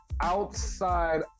outside